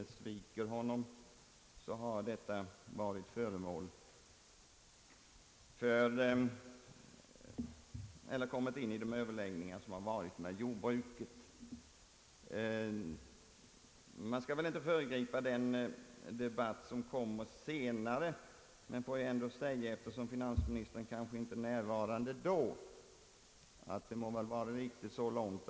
Han var nu uteslutande glad över att han kunde få fram en levande unge.